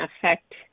affect